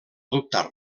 dubtar